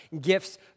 gifts